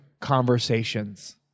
conversations